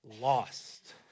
lost